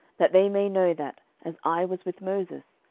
that they may know that, as i was with moses,